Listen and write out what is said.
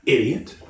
Idiot